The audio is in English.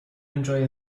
enjoy